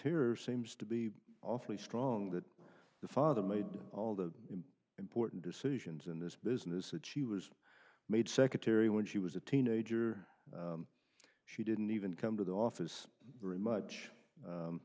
or seems to be awfully strong that the father made all the important decisions in this business that she was made secretary when she was a teenager she didn't even come to the office very much